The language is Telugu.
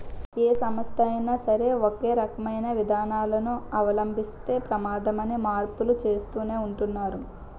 ఏ సంస్థ అయినా సరే ఒకే రకమైన విధానాలను అవలంబిస్తే ప్రమాదమని మార్పులు చేస్తూనే ఉంటున్నారు